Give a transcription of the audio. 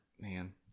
Man